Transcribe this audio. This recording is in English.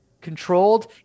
controlled